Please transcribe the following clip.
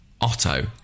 Otto